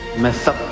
master.